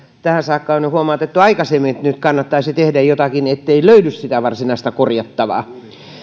tähän saakka on huomautettu aikaisemmin että nyt kannattaisi tehdä jotakin ettei löydy sitä varsinaista korjattavaa